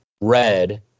red